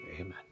amen